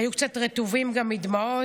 היו קצת רטובים גם בדמעות.